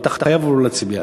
אבל אתה חייב לבוא להצביע.